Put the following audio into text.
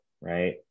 right